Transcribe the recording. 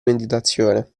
meditazione